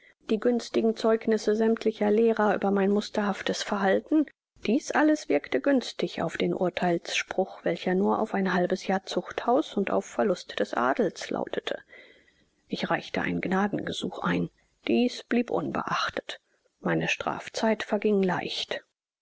die günstigen zeugnisse sämmtlicher lehrer über mein musterhaftes verhalten dieß alles wirkte günstig auf den urtheilspruch welcher nur auf ein halbes jahr zuchthaus und auf verlust des adels lautete ich reichte ein gnadengesuch ein dieses blieb unbeachtet meine strafzeit verging leicht